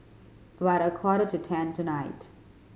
about a quarter to ten tonight